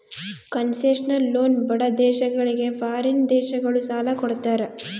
concessional loan ಬಡ ದೇಶಗಳಿಗೆ foreign ದೇಶಗಳು ಸಾಲ ಕೊಡ್ತಾರ